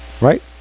right